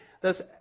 thus